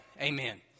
Amen